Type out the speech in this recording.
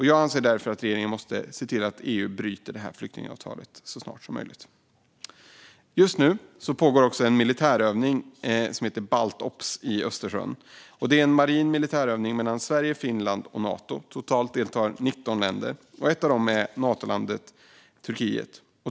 Jag anser därför att regeringen måste se till att EU bryter detta flyktingavtal så snart som möjligt. Just nu pågår en militärövning som heter Baltops i Östersjön. Det är en marin militärövning för Sverige, Finland och Nato. Totalt deltar 19 länder. Ett av dem är Natolandet Turkiet.